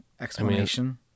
explanation